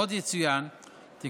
עוד יצוין כי